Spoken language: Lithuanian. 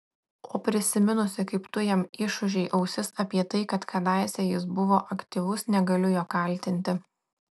o prisiminusi kaip tu jam išūžei ausis apie tai kad kadaise jis buvo aktyvus negaliu jo kaltinti